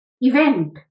event